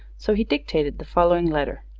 so he dictated the following letter